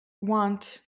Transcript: want